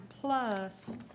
plus